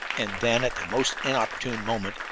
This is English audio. and then, at the most inopportune moment,